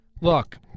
look